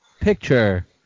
picture